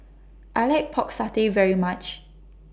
I like Pork Satay very much